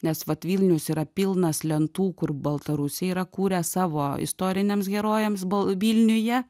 nes vat vilnius yra pilnas lentų kur baltarusiai yra kūrę savo istoriniams herojams bal vilniuje